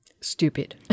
stupid